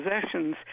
possessions